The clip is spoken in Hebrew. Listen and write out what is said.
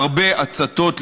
בהרבה הצתות,